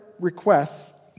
requests